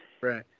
Right